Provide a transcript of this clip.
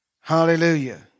Hallelujah